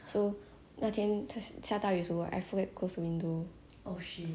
and then next morning like when I wake up and going to school that time she 它在那边一发抖